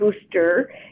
booster